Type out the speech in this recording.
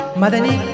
madani